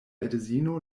edzino